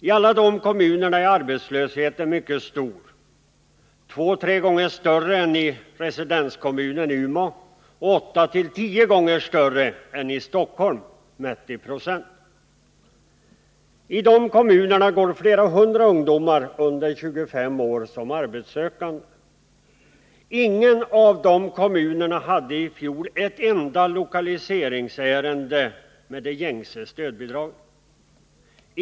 I alla de kommunerna är arbetslösheten mycket stor, två tre gånger större än i residenskommunen Umeå och åtta tio gånger större än i Stockholm, mätt i procent. I de kommunerna är flera hundra ungdomar under 25 år arbetssökande. Ingen av dessa kommuner hade i fjol ett enda lokaliseringsärende med de gängse stödbidragen.